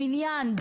מניין,